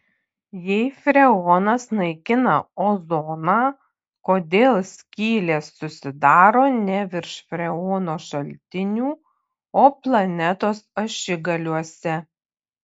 jei freonas naikina ozoną kodėl skylės susidaro ne virš freono šaltinių o planetos ašigaliuose